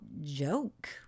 joke